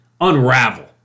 unravel